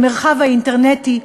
המרחב האינטרנטי,